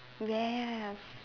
yes